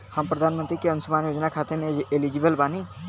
हम प्रधानमंत्री के अंशुमान योजना खाते हैं एलिजिबल बनी?